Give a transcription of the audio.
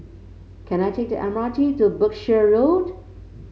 can I take the M R T to Berkshire Road